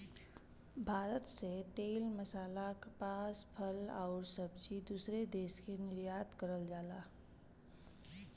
भारत से तेल मसाला कपास फल आउर सब्जी दूसरे देश के निर्यात करल जाला